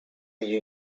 you